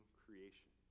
creation